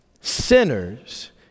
sinners